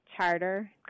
charter